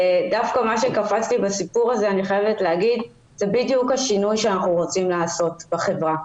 מה שקפץ לי בסיפור זה בדיוק השינוי שאנחנו רוצים לעשות בחברה.